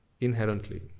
inherently